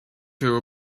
two